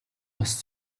бас